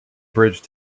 bridge